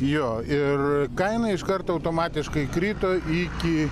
jo ir kaina iš karto automatiškai krito iki